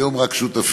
היום רק שותפים,